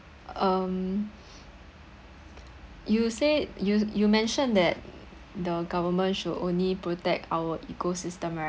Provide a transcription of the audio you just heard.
um you said you you mentioned that the government should only protect our ecosystem right